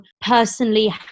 personally